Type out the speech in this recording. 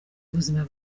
ubuzima